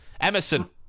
Emerson